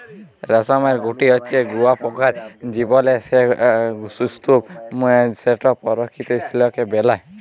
রেশমের গুটি হছে শুঁয়াপকার জীবলের সে স্তুপ যেট পরকিত সিলিক বেলায়